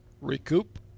recoup